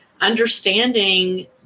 understanding